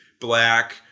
black